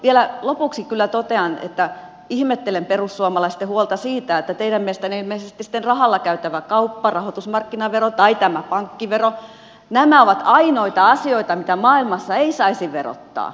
vielä lopuksi kyllä totean että ihmettelen perussuomalaisten huolta siitä että teidän mielestänne ilmeisesti sitten rahalla käytävä kauppa rahoitusmarkkinavero tai tämä pankkivero ovat ainoita asioita mitä maailmassa ei saisi verottaa